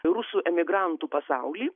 rusų emigrantų pasaulį